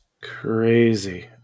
Crazy